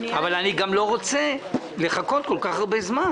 אבל אני גם לא רוצה לחכות כל כך הרבה זמן,